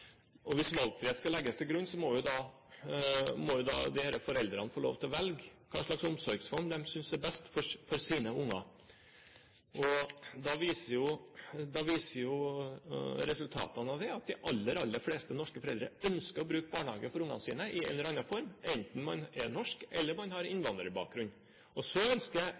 familiekomiteen. Hvis valgfrihet skal legges til grunn, må disse foreldrene få lov til velge hva slags omsorgsform de synes er best for sine unger. Da viser jo resultatene av det at de aller, aller fleste norske foreldre ønsker å bruke barnehage for ungene sine, i en eller annen form, enten man er norsk, eller man har innvandrerbakgrunn. Så ønsker